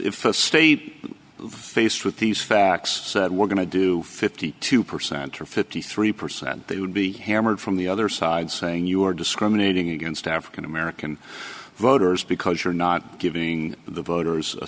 if a state faced with these facts said we're going to do fifty two percent to fifty three percent they would be hammered from the other side saying you're discriminating against african american voters because you're not giving the voters a